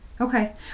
Okay